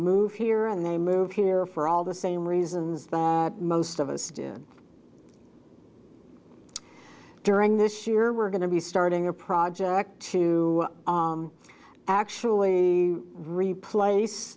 move here and they move here for all the same reasons that most of us did during this year we're going to be starting a project to actually replace